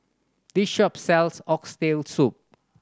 this shop sells Oxtail Soup